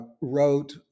wrote